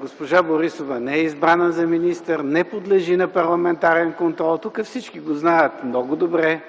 Госпожа Борисова не е избрана за министър, не подлежи на парламентарен контрол. Тук всички го знаят много добре.